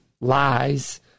lies